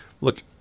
look